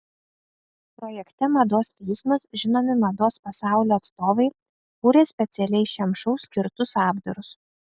projekte mados teismas žinomi mados pasaulio atstovai kūrė specialiai šiam šou skirtus apdarus